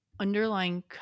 Underlying